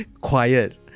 Quiet